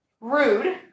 rude